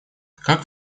как